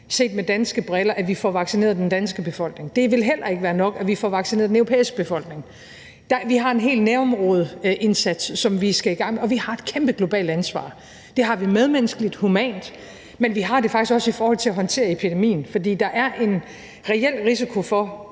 set med danske briller er nok, at vi får vaccineret den danske befolkning. Det vil heller ikke være nok, at vi får vaccineret den europæiske befolkning. Vi har en hel nærområdeindsats, som vi skal i gang med, og vi har et kæmpe globalt ansvar. Det har vi medmenneskeligt, humant, men vi har det faktisk også i forhold til at håndtere epidemien. For der er en reel risiko for